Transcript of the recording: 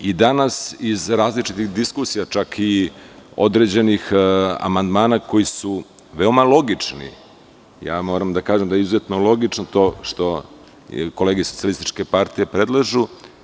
Danas iz različitih diskusija, čak i određenih amandmana koji su veoma logični, moram da kažem da je izuzetno logično da to što kolege iz SPS predlažu.